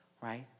Right